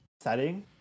setting